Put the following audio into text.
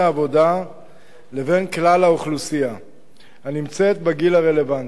העבודה לבין כלל האוכלוסייה הנמצאת בגיל הרלוונטי.